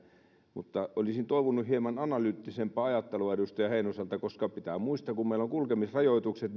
olisin toivonut hieman analyyttisempaa ajattelua edustaja heinoselta koska pitää muistaa että kun meillä on kulkemisrajoitukset